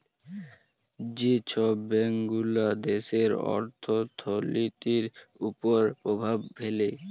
যে ছব ব্যাংকগুলা দ্যাশের অথ্থলিতির উপর পরভাব ফেলে